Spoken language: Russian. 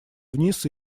вниз